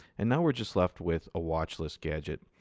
and now we're just left with a watchlist gadget.